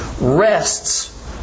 rests